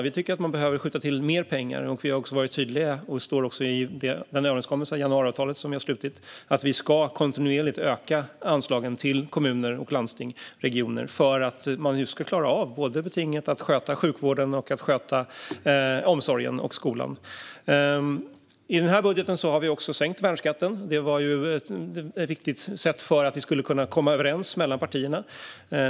Vi tycker att man behöver skjuta till mer pengar, och det har vi varit tydliga med. Det står också i den överenskommelse som vi har slutit, januariavtalet, att vi kontinuerligt ska öka anslagen till kommuner och landsting, eller regioner, för att man ska klara av betinget att sköta både sjukvården, omsorgen och skolan. I budgeten har vi också sänkt värnskatten. Det var viktigt för att vi skulle kunna komma överens mellan partierna.